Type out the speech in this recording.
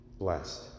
blessed